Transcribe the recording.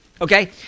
Okay